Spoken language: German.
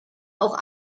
auch